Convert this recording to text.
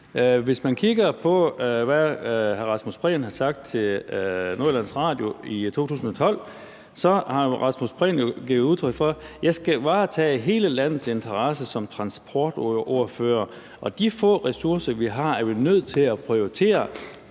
Hvis man kigger på, hvad hr. Rasmus Prehn har sagt til Nordjyllands radio i 2012, har hr. Rasmus Prehn jo givet udtryk for, at han som transportordfører skulle varetage hele landets interesse, og at de få ressourcer, vi har, var vi nødt til at prioritere;